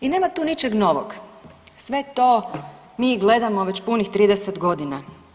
I nema tu ničeg novog, sve to mi gledamo već punih 30 godina.